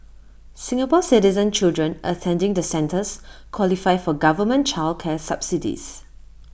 Singapore Citizen children attending the centres qualify for government child care subsidies